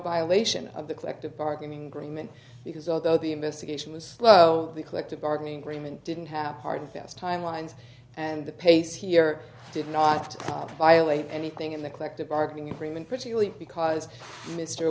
a lation of the collective bargaining agreement because although the investigation was slow the collective bargaining agreement didn't have hard and fast timelines and the pace here did not violate anything in the collective bargaining agreement pretty early because mr